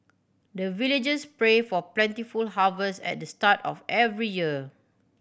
the villagers pray for plentiful harvest at the start of every year